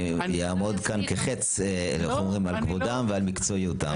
אני אעמוד כאן כחץ על כבודם ועל מקצועיותם.